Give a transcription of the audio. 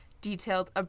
detailed